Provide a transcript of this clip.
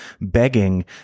begging